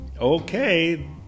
Okay